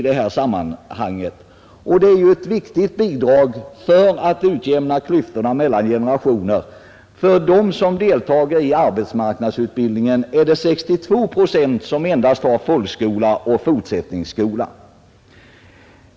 Det är ett viktigt bidrag för att utjämna klyftorna mellan generationerna. Av dem som deltar i arbetsmarknadsutbildningen har 62 procent endast folkskola och fortsättningsskola.